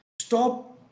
Stop